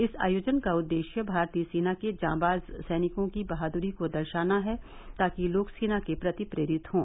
इस आयोजन का उद्देश्य भारतीय सेना के जांबाज़ सैनिकों की बहादुरी को दर्शाना है ताकि लोग सेना के प्रति प्रेरित हों